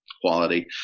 quality